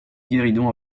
guéridon